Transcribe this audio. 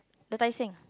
the Tai-Seng